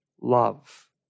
Love